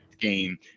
game